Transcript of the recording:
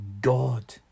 God